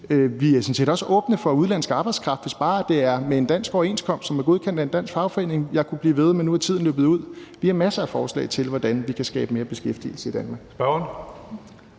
set også åbne for udenlandsk arbejdskraft, hvis bare det er med en dansk overenskomst, som er godkendt af en dansk fagforening. Jeg kunne blive ved, men nu er tiden løbet ud. Vi har masser af forslag til, hvordan vi kan skabe mere beskæftigelse i Danmark.